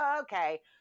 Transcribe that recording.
okay